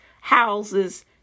houses